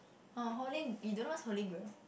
oh holy you don't know what's holy grail